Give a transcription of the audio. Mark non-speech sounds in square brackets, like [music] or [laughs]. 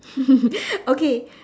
[laughs] okay